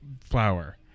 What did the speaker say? flower